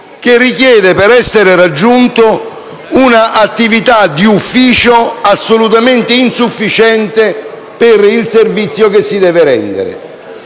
che richiede, per essere raggiunto, un'attività di ufficio assolutamente insufficiente per il servizio che si deve rendere.